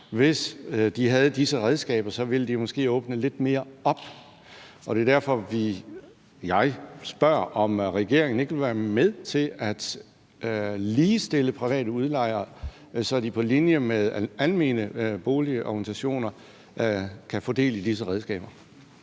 Hvis de havde disse redskaber, ville de måske åbne lidt mere op, og det er derfor, jeg spørger, om regeringen ikke vil være med til at ligestille private udlejere, så de på linje med almene boligorganisationer kan få del i disse redskaber.